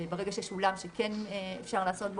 ברגע שיש אולם שאפשר לעשות בו,